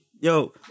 Yo